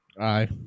Aye